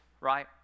right